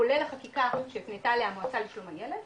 כולל החקיקה שהופנתה למועצה לשלום הילד,